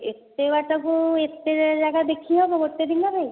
ଏତେ ବାଟକୁ ଏତେ ଟା ଜାଗା ଦେଖି ହେବ ଗୋଟେ ଦିନରେ